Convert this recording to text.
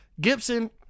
Gibson